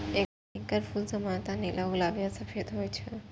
एकर फूल सामान्यतः नीला, गुलाबी आ सफेद होइ छै